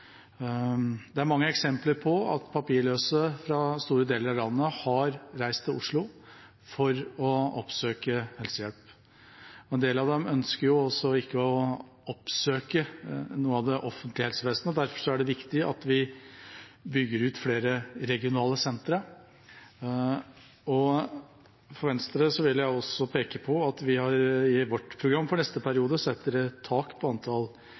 Det er mange eksempler på at papirløse har reist til Oslo fra store deler av landet for å oppsøke helsehjelp. En del av dem ønsker ikke å oppsøke noen i det offentlige helsevesenet. Derfor er det viktig at vi bygger ut flere regionale sentre. Fra Venstres side vil jeg også peke på at vi i vårt program for neste periode setter et tak på antall